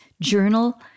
journal